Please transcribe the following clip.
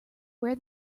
wear